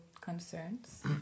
concerns